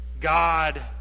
God